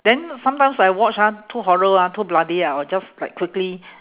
then sometimes I watch ah too horror ah too bloody ah I will just like quickly